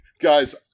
Guys